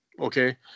Okay